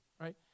Right